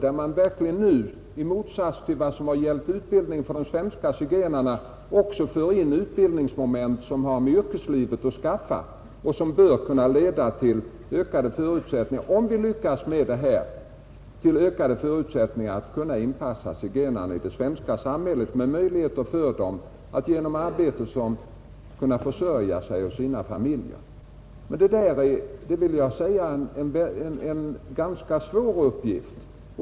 Nu för man ju verkligen, i motsats till vad som har gällt utbildning av de svenska zigenarna, också in utbildningsmoment som har med yrkeslivet — Nr S1 att skaffa och som bör kunna leda till ökade förutsättningar att inpassa Torsdagen den zigenarna i det svenska samhället med möjlighet för dem att genom 25 mars 1971 arbete försörja sig och sina familjer. Men det är en ganska svår uppgift.